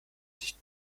nicht